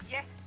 Yes